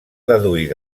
deduir